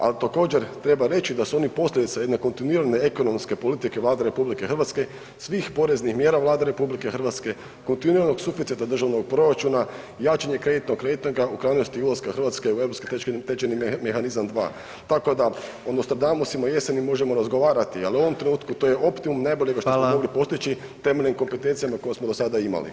Al također treba reći da su oni posljedica jedne kontinuirane ekonomske politike Vlade RH, svih poreznih mjera Vlade RH, kontinuiranog suficita državnog proračuna, jačanje kreditnog rejtinga u krajnosti ulaska Hrvatske u europski tečajni mehanizam 2. Tako da odnosno …/nerazumljivo/… možemo razgovarati, al u ovom trenutku to je optimum najboljega [[Upadica: Hvala.]] što smo mogli postići temeljem kompetencija na koje smo do sada imali.